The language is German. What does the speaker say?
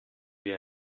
wir